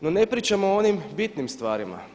No, ne pričamo o onim bitnim stvarima.